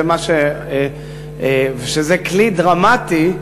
שזה כלי דרמטי,